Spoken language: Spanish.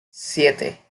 siete